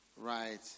Right